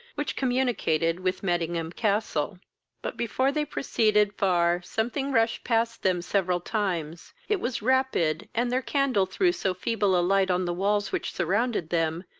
which communicated with mettingham-castle but, before they proceeded par, something rushed past them several times it was rapid, and their candle threw so feeble a light on the walls which surrounded them,